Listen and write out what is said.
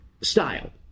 style